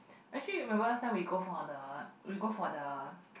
actually remember last time we go for the we go for the